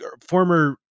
former